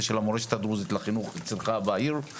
של המורשת הדרוזית לחינוך אצלך בעיר.